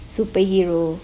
superhero